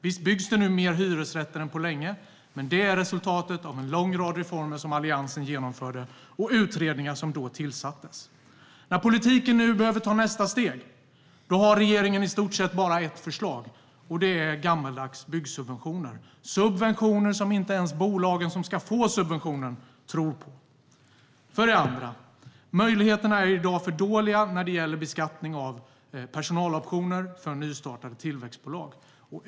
Visst byggs det nu fler hyresrätter än på länge, men det är resultatet av en lång rad reformer som Alliansen genomförde och av utredningar som då tillsattes. När politiken nu behöver ta nästa steg har regeringen i stort sett bara ett förslag, och det är gammaldags byggsubventioner - subventioner som inte ens bolagen som ska få subventionerna tror på. För det andra: Möjligheterna är i dag för dåliga när det gäller beskattning av personaloptioner från nystartade tillväxtbolag.